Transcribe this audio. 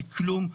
היא כלום,